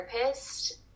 therapist